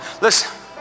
Listen